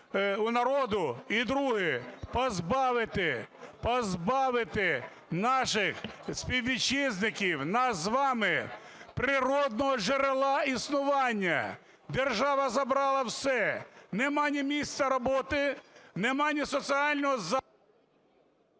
народу. І друге. Позбавити наших співвітчизників, нас з вами природного джерела існування. Держава забрала все, нема ні місця роботи, нема ні соціального…